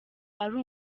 ari